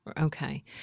Okay